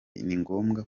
ningombwa